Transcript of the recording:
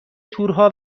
تورها